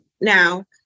Now